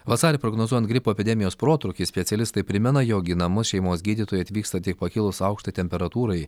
vasarį prognozuojant gripo epidemijos protrūkį specialistai primena jog į namus šeimos gydytojai atvyksta tik pakilus aukštai temperatūrai